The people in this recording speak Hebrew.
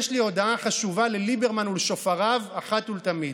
יש לי הודעה חשובה לליברמן ולשופריו אחת ולתמיד: